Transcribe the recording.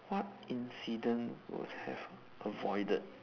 what incident would have avoided